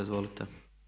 Izvolite.